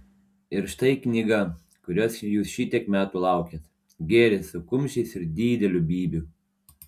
ir štai knyga kurios jūs šitiek metų laukėt gėris su kumščiais ir dideliu bybiu